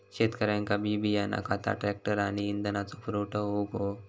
शेतकऱ्यांका बी बियाणा खता ट्रॅक्टर आणि इंधनाचो पुरवठा होऊक हवो